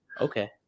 Okay